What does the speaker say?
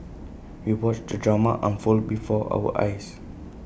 we watched the drama unfold before our eyes